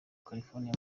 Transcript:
california